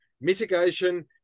Mitigation